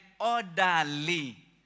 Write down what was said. orderly